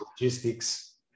logistics